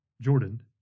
Jordan